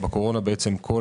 בקורונה בעצם כל